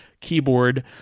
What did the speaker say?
keyboard